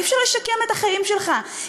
אי-אפשר לשקם את החיים שלך,